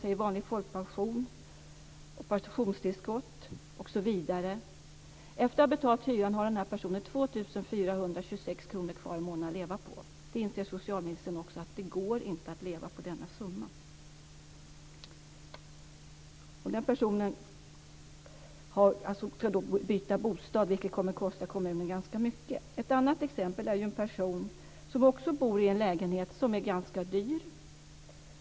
kr kvar i månaden att leva på. Socialministern inser också att det inte går att leva på denna summa. Den personen ska byta bostad, vilket kommer att kosta kommunen ganska mycket. Ett annat exempel är en person som också bor i en lägenhet som är ganska dyr.